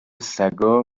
سگا